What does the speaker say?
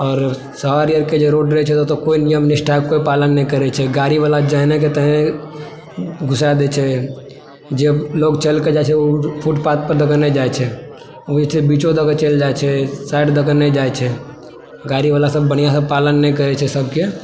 और शहर RK road रहै छै ओतऽ कोई नियम निष्ठाके कोई पालन नहि करै छै गाड़ी वाला जेहने के तेहने घुसा दै छै जे लोग चलि कऽ जाइ छै ओ फुटपाथ पर दऽ कऽ नहि जाइ छै ओ जे छै बीचो दए कऽ चलि जाइ छै साइड दए कऽ नहि जाइ छै गाड़ी वाला सब बढ़िऑं से पालन नहि करै छै सबके